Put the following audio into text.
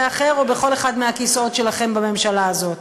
אחר או בכל אחד מהכיסאות שלכם בממשלה הזאת.